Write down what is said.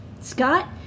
Scott